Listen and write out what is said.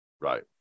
Right